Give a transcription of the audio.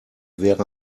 wäre